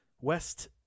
west